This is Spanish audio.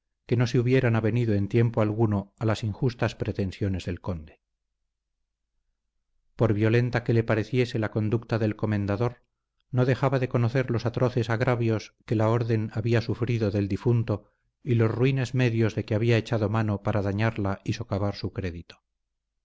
que no se hubieran avenido en tiempo alguno a las injustas pretensiones del conde por violenta que le pareciese la conducta del comendador no dejaba de conocer los atroces agravios que la orden había sufrido del difunto y los ruines medios de que había echado mano para dañarla y socavar su crédito